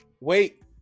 Wait